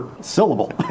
syllable